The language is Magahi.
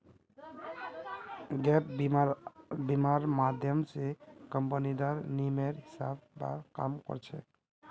गैप बीमा र माध्यम स कम्पनीर नियमेर हिसा ब काम कर छेक